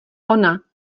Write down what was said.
ona